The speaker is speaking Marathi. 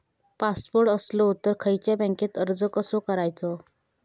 पासपोर्ट असलो तर खयच्या बँकेत अर्ज कसो करायचो?